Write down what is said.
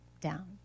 down